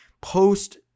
post